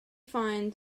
find